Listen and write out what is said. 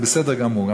זה בסדר גמור,